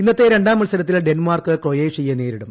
ഇന്നത്തെ രണ്ടാം മൽസരത്തിൽ ഡെൻമാർക്ക് ക്രൊയേഷ്യയെ നേരിടും